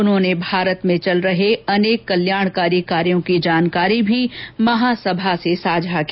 उन्होंने भारत में चल रहे अनेक कल्याणकारी कार्यो की जानकारी भी महासभा से साझा की